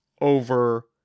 over